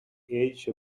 edge